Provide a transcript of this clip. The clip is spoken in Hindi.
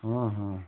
हाँ हाँ